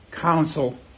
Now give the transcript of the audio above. Counsel